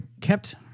kept